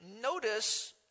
notice